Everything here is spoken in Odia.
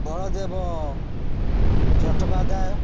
ବଳଦେବ ଚଟୋପାଧ୍ୟାୟ